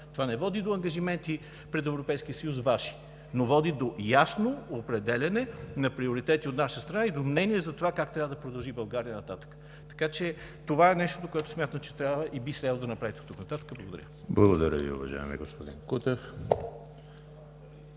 Това не води до ангажименти пред Европейския съюз – Ваши, но води до ясно определяне на приоритети от наша страна и до мнение как трябва да продължи България нататък. Така че това е нещото, което смятам, че трябва и би следвало да направите оттук нататък. Благодаря Ви. ПРЕДСЕДАТЕЛ ЕМИЛ ХРИСТОВ: Благодаря Ви, уважаеми господин Кутев.